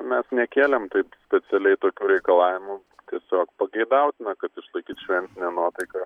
mes nekėlėm taip specialiai tokių reikalavimų tiesiog pageidautina kad išlaikyt šventinę nuotaiką